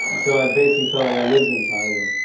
so i basically felt like i lived inside of him,